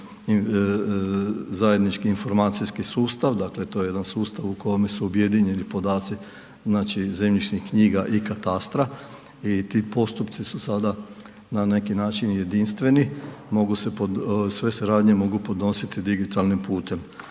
zajednički informacijski sustav. Dakle, to je jedan sustav u kome su objedinjeni podaci znači zemljišnih knjiga i katastra i ti postupci su sada na neki način jedinstveni, mogu se, sve se radnje mogu podnositi digitalnim putem.